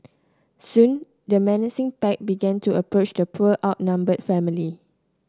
soon the menacing pack began to approach the poor outnumbered family